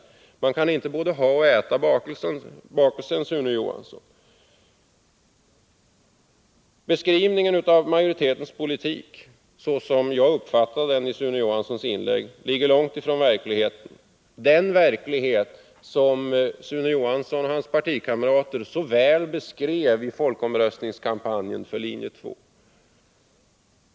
Man kan inte både äta bakelsen och ha den kvar, Sune Johansson. Beskrivningen av majoritetens politik ligger, såsom jag uppfattade Sune Johanssons inlägg, långt från verkligheten — den verklighet som Sune Johansson och hans partikamrater så väl beskrev i folkomröstningskampan 101 jen för linje 2.